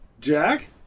Jack